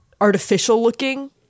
artificial-looking